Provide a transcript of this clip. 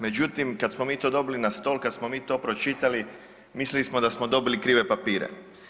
Međutim, kad smo mi to dobili na stol, kad smo mi to pročitali, mislili smo da smo dobili krive papire.